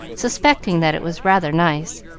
suspecting that it was rather nice,